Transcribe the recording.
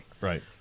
Right